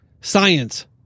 science